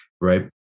right